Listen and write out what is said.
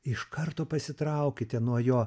iš karto pasitraukite nuo jo